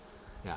ya